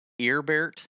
Earbert